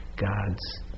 God's